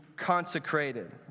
Consecrated